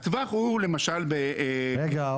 הטווח הוא למשל ב- -- רגע,